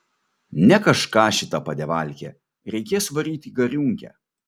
ne kažką šita padevalkė reikės varyt į gariūnkę